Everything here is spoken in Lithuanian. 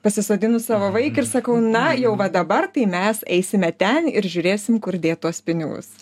pasisodinu savo vaiką ir sakau na jau va dabar tai mes eisime ten ir žiūrėsim kur dėt tuos pinigus